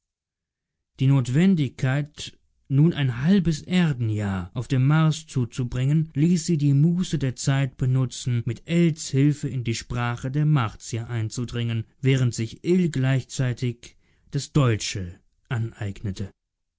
die notwendigkeit nun ein halbes erdenjahr auf dem mars zuzubringen ließ sie die muße der reise benutzen mit ells hilfe in die sprache der martier einzudringen während sich ill gleichzeitig das deutsche aneignete